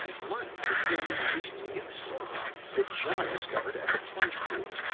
martin examines this new symbol that john discovered at the plunge pool.